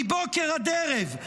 מבוקר עד ערב,